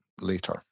later